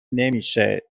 نمیشه